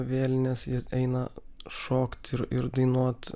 vėlines jie eina šokti ir ir dainuot